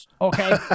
Okay